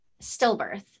stillbirth